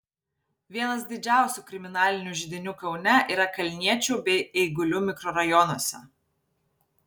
vienas didžiausių kriminalinių židinių kaune yra kalniečių bei eigulių mikrorajonuose